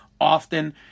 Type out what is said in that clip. often